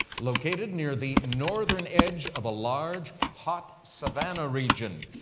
located near the northern edge of a large, hot savanna region.